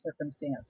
circumstance